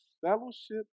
fellowship